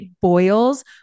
boils